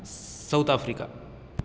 south Africa